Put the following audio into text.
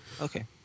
Okay